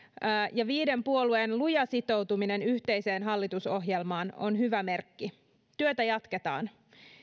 ja viiden puolueen luja sitoutuminen yhteiseen hallitusohjelmaan on hyvä merkki työtä jatketaan